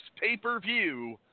pay-per-view